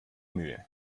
mühe